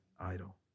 idol